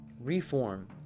Reform